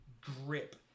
grip